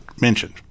mentioned